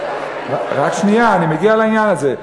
רק שנייה, אני מגיע לעניין הזה.